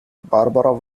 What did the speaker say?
barbara